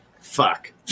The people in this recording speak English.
fuck